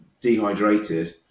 dehydrated